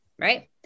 Right